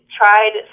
tried